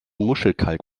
muschelkalk